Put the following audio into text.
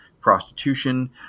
prostitution